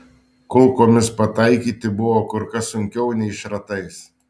kulkomis pataikyti buvo kur kas sunkiau nei šratais